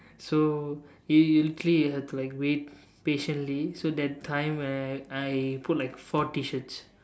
so usually you have to like wait patiently so that time where I put like four T-shirts